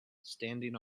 standing